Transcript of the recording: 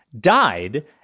died